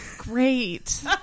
great